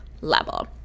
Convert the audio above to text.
level